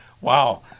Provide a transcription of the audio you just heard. Wow